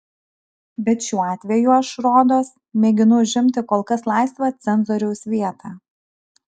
bet šiuo atveju aš rodos mėginu užimti kol kas laisvą cenzoriaus vietą